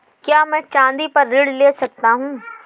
क्या मैं चाँदी पर ऋण ले सकता हूँ?